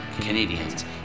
Canadians